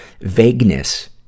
vagueness